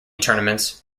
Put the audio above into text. tournaments